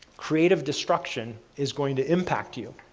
creative destruction is going to impact you.